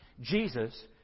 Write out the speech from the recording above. Jesus